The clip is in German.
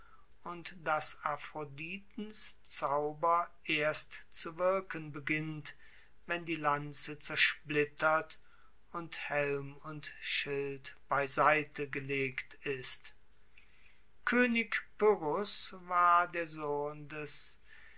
und dass aphroditens zauber erst zu wirken beginnt wenn die lanze zersplittert und helm und schild beiseite gelegt ist koenig pyrrhos war der sohn des